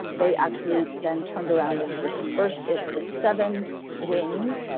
they actually then turned around and dispersed it to seven wings.